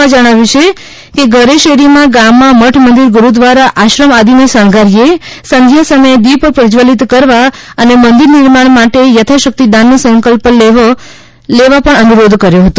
શ્રી પરાંડેએ ઘરે શેરીમાં ગામમાં મઠ મંદિર ગુરુદ્વારા આશ્રમ આદિને શણગારીએ સંધ્યા સમયે દીપ પ્રજવલિત કરવા અને મંદિર નિર્માણ માટે યથાશક્તિ દાનનો સંકલ્પ લેવા પણ લોકોને અનુરોધ કર્યો છે